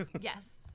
yes